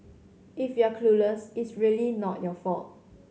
if you're clueless it's really not your fault